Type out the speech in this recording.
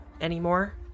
anymore